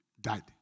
died